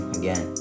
again